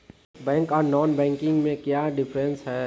Bank आर non banking में क्याँ डिफरेंस है?